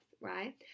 right